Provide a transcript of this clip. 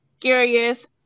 curious